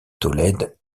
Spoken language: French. tolède